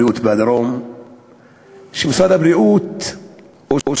משרד הבריאות בדרום,